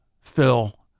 Phil